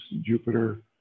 Jupiter